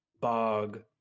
Bog